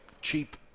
cheap